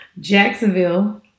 Jacksonville